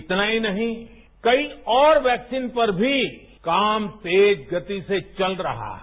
इतना ही नहीं कई और वैक्सीन पर भी काम तेज गति से चल रहा है